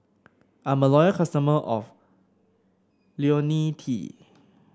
I'm a loyal customer of IoniL T